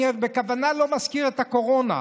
אני בכוונה לא מזכיר את הקורונה,